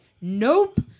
nope